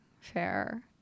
Fair